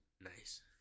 nice